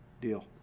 deal